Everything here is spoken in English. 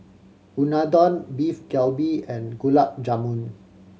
Unadon Beef Galbi and Gulab Jamun